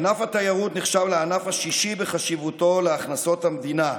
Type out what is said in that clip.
ענף התיירות נחשב לענף השישי בחשיבותו להכנסות המדינה.